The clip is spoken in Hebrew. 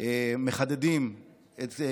מחדדים את זה